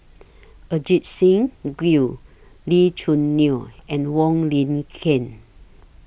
Ajit Singh Gill Lee Choo Neo and Wong Lin Ken